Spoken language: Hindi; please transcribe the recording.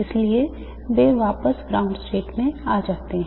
इसलिए वे वापस ground state में आ जाते हैं